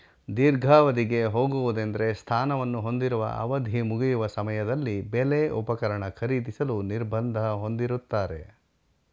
ದೀರ್ಘಾವಧಿಗೆ ಹೋಗುವುದೆಂದ್ರೆ ಸ್ಥಾನವನ್ನು ಹೊಂದಿರುವ ಅವಧಿಮುಗಿಯುವ ಸಮಯದಲ್ಲಿ ಬೆಲೆ ಉಪಕರಣ ಖರೀದಿಸಲು ನಿರ್ಬಂಧ ಹೊಂದಿರುತ್ತಾರೆ